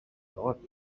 bought